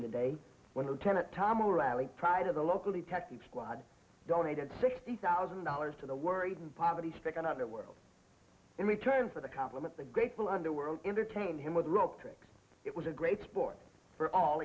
today when the tenant tom reilly pride of the locally techie squad donated sixty thousand dollars to the worried poverty stricken underworld in return for the compliment the grateful underworld entertain him with rock tricks it was a great sport for all